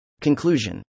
Conclusion